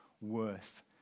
worth